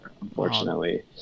unfortunately